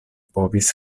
povis